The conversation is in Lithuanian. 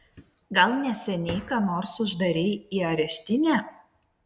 gal neseniai ką nors uždarei į areštinę